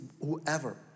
whoever